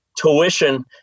tuition